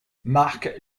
mark